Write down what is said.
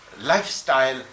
lifestyle